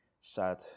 sad